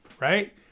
Right